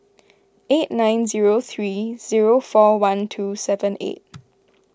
eight nine zero three zero four one two seven eight